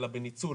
אלא בניצול